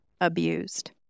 abused